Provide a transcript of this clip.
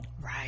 right